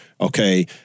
Okay